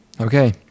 Okay